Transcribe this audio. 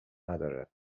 نداره